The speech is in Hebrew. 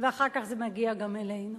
ואחר כך זה מגיע גם אלינו.